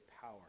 power